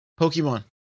Pokemon